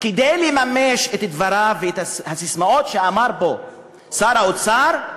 כדי לממש את הדברים ואת הססמאות שאמר פה שר האוצר,